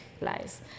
lies